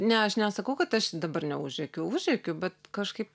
ne aš nesakau kad aš dabar neužrėkiu užrėkiu bet kažkaip